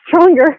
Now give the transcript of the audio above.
stronger